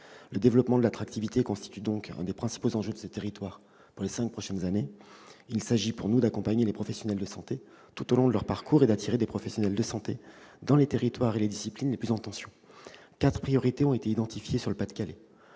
Le développement de l'attractivité constitue donc l'un des principaux enjeux de ce territoire pour les cinq prochaines années. Il s'agit pour nous d'accompagner les professionnels de santé tout au long de leur parcours et de les attirer dans les territoires et les disciplines les plus en tension. Quatre priorités ont été identifiées dans le Pas-de-Calais